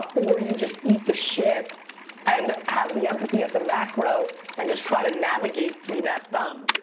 or you just eat the shit and have the empathy at the macro and just try to navigate through that thumb,